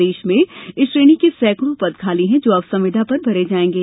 प्रदेश में इस श्रेणी के सैंकड़ों पद खाली हैं जो अब संविदा पर भरे जाएंगे